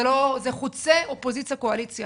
זה חוצה אופוזיציה-קואליציה.